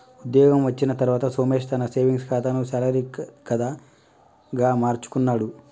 ఉద్యోగం వచ్చిన తర్వాత సోమేశ్ తన సేవింగ్స్ కాతాను శాలరీ కాదా గా మార్చుకున్నాడు